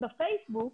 למשל בפייסבוק,